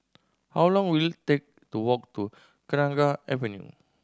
how long will it take to walk to Kenanga Avenue